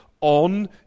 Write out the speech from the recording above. on